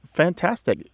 fantastic